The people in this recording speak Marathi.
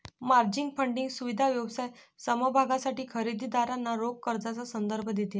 मार्जिन फंडिंग सुविधा व्यवसाय समभागांसाठी खरेदी दारांना रोख कर्जाचा संदर्भ देते